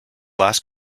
last